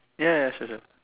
ya ya sure sure